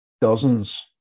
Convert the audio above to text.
dozens